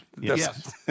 Yes